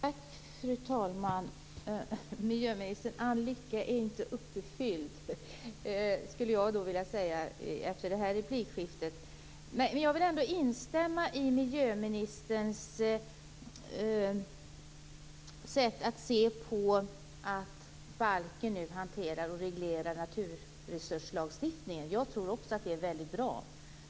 Fru talman! All lycka är icke uppfylld, skulle jag vilja säga efter det här replikskiftet. Jag vill ändå instämma med miljöministern i att miljöbalken nu reglerar naturresurslagstiftningen. Jag tror också att det är väldigt bra.